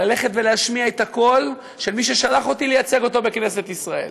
ללכת ולהשמיע את הקול של מי ששלח אותי לייצג אותו בכנסת ישראל.